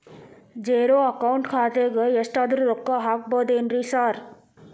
Zero account ಖಾತ್ಯಾಗ ಎಷ್ಟಾದ್ರೂ ರೊಕ್ಕ ಹಾಕ್ಬೋದೇನ್ರಿ ಸಾರ್?